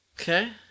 Okay